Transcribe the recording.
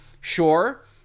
sure